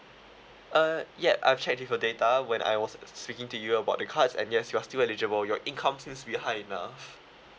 uh yup I've checked with your data when I was speaking to you about the cards and yes you are still eligible your income seems to be high enough